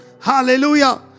Hallelujah